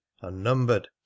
unnumbered